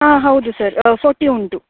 ಆಂ ಹೌದು ಸರ್ ಫೊಟ್ಟಿ ಉಂಟು